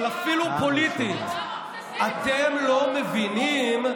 אבל אפילו פוליטית, אתם לא מבינים,